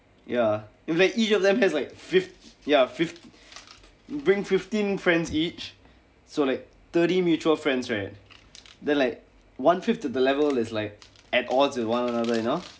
ya if they each of them has like fifth ya fifth bring fifteen friends each so like thirty mutual friends right then like one fifth of the level is like at odds with one another you know